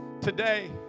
today